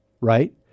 right